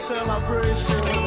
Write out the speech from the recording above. Celebration